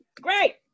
Great